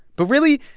but really,